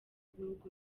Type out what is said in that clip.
ibihugu